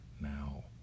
now